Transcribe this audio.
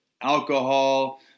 alcohol